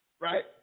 right